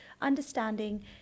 understanding